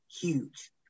huge